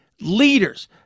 leaders